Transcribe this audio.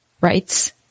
rights